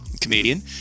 Comedian